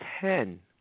ten